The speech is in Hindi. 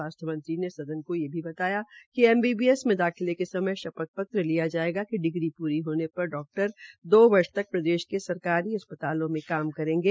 स्वास्थ्य मंत्री ने सदन को यह भी बताया कि एमबीबीएस में दाखिले के समय श्पथ पत्र लिया जायेगा कि डिग्री पुरी होने पर डाक्टर दो वर्ष तक प्रदेश के सरकारी अस्पतालों में काम करेंगे